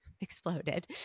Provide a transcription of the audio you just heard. exploded